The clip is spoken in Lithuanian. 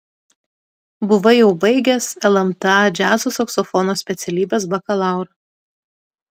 buvai jau baigęs lmta džiazo saksofono specialybės bakalaurą